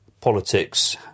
Politics